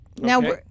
Now